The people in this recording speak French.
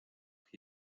prix